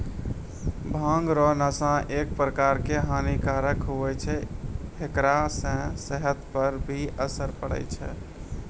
भांग रो नशा एक प्रकार से हानी कारक हुवै छै हेकरा से सेहत पर भी असर पड़ै छै